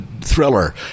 thriller